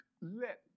let